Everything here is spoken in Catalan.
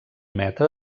metre